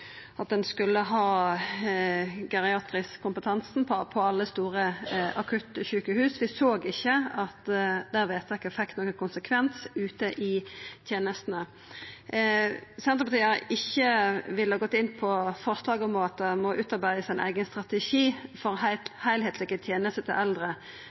at ein skulle ha geriatrisk kompetanse på alle store akuttsjukehus. Vi såg ikkje at det vedtaket fekk nokon konsekvens ute i tenestene. Senterpartiet har ikkje vilja gå inn på forslaget om at det må utarbeidast ein eigen strategi for heilskaplege tenester til eldre